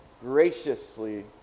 graciously